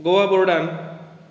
Goa बोर्डान